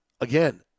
again